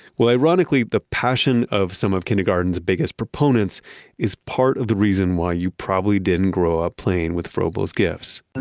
well, ironically, the passion of some of kindergarten's biggest proponents is part of the reason why you probably didn't grow up playing with froebel's gifts